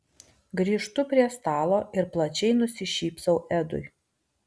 grįžtu prie stalo ir plačiai nusišypsau edui